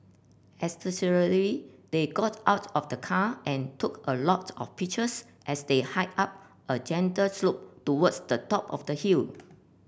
they got out of the car and took a lot of pictures as they hiked up a gentle slope towards the top of the hill